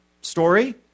story